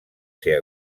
ser